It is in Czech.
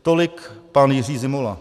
Tolik pan Jiří Zimola.